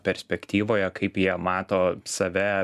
perspektyvoje kaip jie mato save